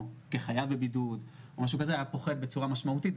כחייב בבידוד היה פוחת בצורה משמעותית,